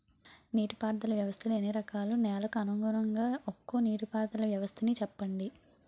నీటి పారుదల వ్యవస్థలు ఎన్ని రకాలు? నెలకు అనుగుణంగా ఒక్కో నీటిపారుదల వ్వస్థ నీ చెప్పండి?